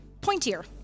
pointier